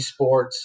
esports